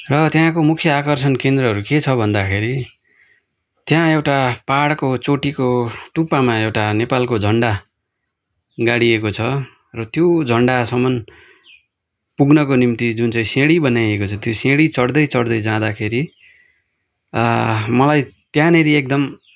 र त्यहाँको मुख्य आकर्षण केन्द्रहरू के छ भन्दाखेरि त्यहाँ एउटा पाहाड़को चोटिको टुप्पामा एउटा नेपालको झन्डा गाडिएको छ र त्यो झन्डासम्म पुग्नको निम्ति जुन चाहिँ सिँढी बनाइएको छ त्यो सिँढी चड्दै चड्दै जादाखेरि मलाई त्यहाँनिर एकदम